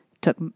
took